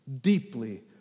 deeply